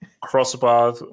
crossbar